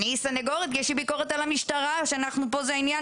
אני סנגורית אז יש לי ביקורת על המשטרה שפה זה העניין